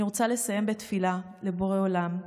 אני רוצה לסיים בתפילה לבורא עולם: